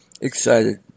excited